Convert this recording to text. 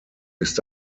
ist